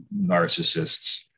narcissists